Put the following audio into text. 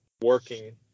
working